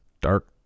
dark